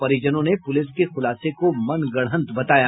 परिजनों ने पुलिस के खुलासे को मनगढ़त बताया